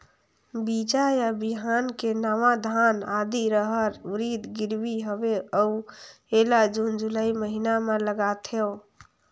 बीजा या बिहान के नवा धान, आदी, रहर, उरीद गिरवी हवे अउ एला जून जुलाई महीना म लगाथेव?